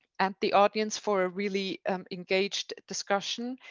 at the audience for a really um engaged discussion.